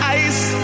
ice